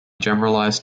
generalized